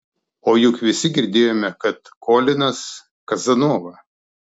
o juk visi girdėjome kad kolinas kazanova